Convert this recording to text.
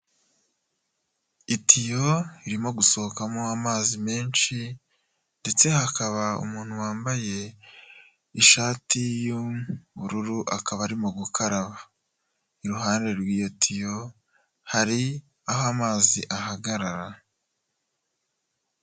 Itiyo irimo gusohokamo amazi menshi, ndetse hakaba umuntu wambaye ishati y'ubururu, akaba arimo gukaraba. Iruhande rw'iyo tiyo, hari aho amazi ahagarara.